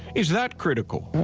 is that critical?